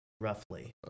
roughly